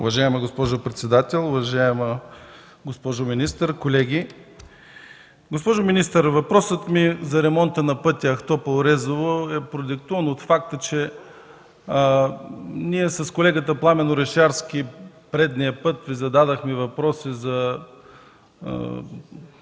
Уважаема госпожо председател, уважаема госпожо министър, колеги! Госпожо министър, въпросът ми за ремонта на пътя Ахтопол –Резово, е продиктуван от факта, че с колегата Пламен Орешарски предния път зададохме въпроси за